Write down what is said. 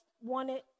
wanted